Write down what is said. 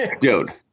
dude